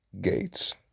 Gates